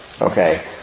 Okay